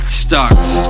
stocks